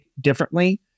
differently